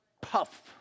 puff